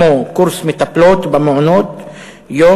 כמו קורס מטפלות במעונות-יום,